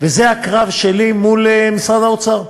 וזה הקרב שלי מול משרד האוצר.